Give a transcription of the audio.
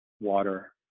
water